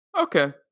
Okay